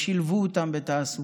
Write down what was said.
ושילבו אותם בתעסוקה.